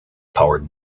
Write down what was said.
powered